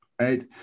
right